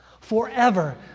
forever